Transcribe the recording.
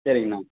சரிங்கண்ணா